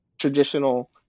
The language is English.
traditional